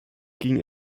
ging